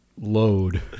Load